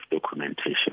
documentation